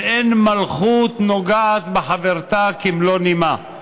ואין מלכות נוגעת בחברתה כמלוא נימה.